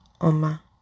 Oma